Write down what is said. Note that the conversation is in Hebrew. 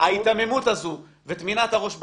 ההיתממות הזאת וטמינת הראש בחול,